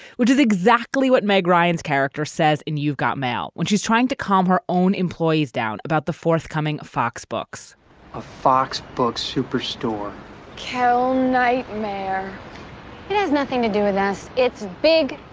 which is exactly what meg ryan's character says in you've got mail when she's trying to calm her own employees down about the forthcoming fox books of fox books superstore kele nightmare it has nothing to do with us. it's big,